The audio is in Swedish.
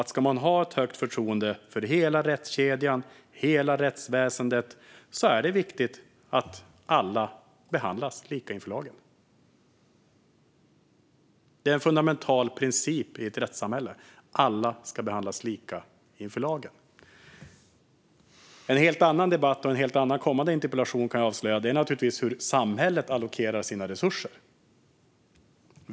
Ska man ha ett högt förtroende för hela rättskedjan och hela rättsväsendet är det viktigt att alla är lika inför lagen. Det är en fundamental princip i ett rättssamhälle. Alla ska vara lika inför lagen. En helt annan debatt och en kommande interpellation, kan jag avslöja, gäller hur samhället allokerar sina resurser.